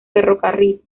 ferrocarril